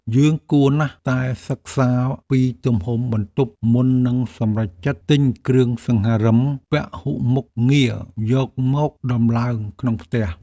យើងគួរណាស់តែសិក្សាពីទំហំបន្ទប់មុននឹងសម្រេចចិត្តទិញគ្រឿងសង្ហារិមពហុមុខងារយកមកដំឡើងក្នុងផ្ទះ។